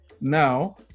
now